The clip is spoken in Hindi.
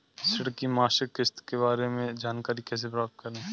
ऋण की मासिक किस्त के बारे में जानकारी कैसे प्राप्त करें?